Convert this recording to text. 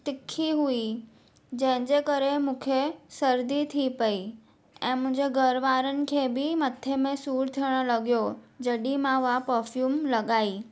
तिखी हुई जंहिंजे करे मूंखे सर्दी थी पई ऐं मुंहिंजा घरु वारनि खे बि मथे में सूरु थियण लॻियो जॾहिं मां उहा परफ्यूम लॻाई